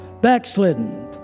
backslidden